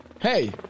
hey